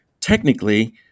technically